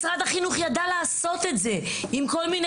משרד החינוך ידע לעשות את זה עם כל מיני